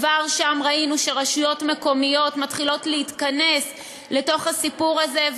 כבר שם ראינו שרשויות מקומיות מתחילות להתכנס לתוך הסיפור הזה,